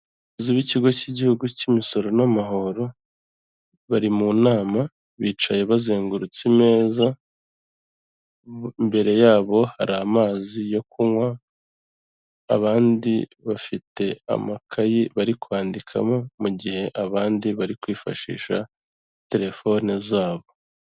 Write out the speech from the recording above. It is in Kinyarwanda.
Abayobozi b'ikigo cy'igihugu cy'imisoro n'amahoro bari mu nama bicaye bazengurutse ameza, imbere yabo hari amazi yo kunywa, abandi bafite amakayi bari kwandikamo mu gihe abandi bari kwifashisha telefone zabo.